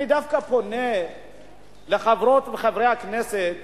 אני דווקא פונה לחברות וחברי הכנסת